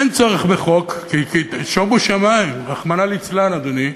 אין צורך בחוק, כי שומו שמים, רחמנא ליצלן, אדוני,